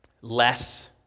less